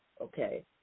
Okay